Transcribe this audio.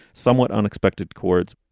somewhat unexpected chords.